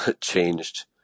changed